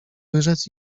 wyrzec